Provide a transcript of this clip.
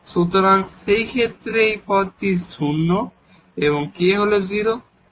সুতরাং সেই ক্ষেত্রে এই পদটি 0 এবং এখানে k হল 0